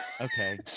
Okay